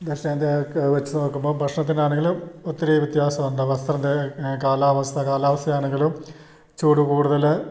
ദക്ഷിണേന്ത്യയ്ക്ക് വെച്ചു നോക്കുമ്പോൾ ഭക്ഷണത്തിനാണെങ്കിലും ഒത്തിരി വ്യത്യാസം ഉണ്ട് വസ്ത്രത്തെ കാലാവസ്ഥ കാലാവസ്ഥ ആണെങ്കിലും ചൂടു കൂടുതൽ